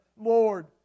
Lord